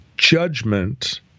Judgment